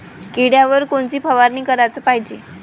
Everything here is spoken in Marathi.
किड्याइवर कोनची फवारनी कराच पायजे?